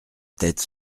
tête